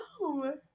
No